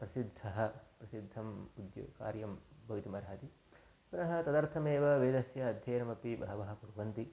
प्रसिद्धः प्रसिद्धम् उद्योगकार्यं भवितुमर्हति पुनः तदर्थमेव वेदस्य अध्ययनमपि बहवः कुर्वन्ति